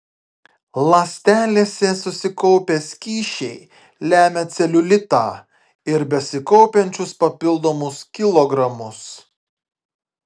ląstelėse susikaupę skysčiai lemia celiulitą ir besikaupiančius papildomus kilogramus